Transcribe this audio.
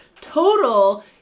total